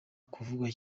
kuvugwa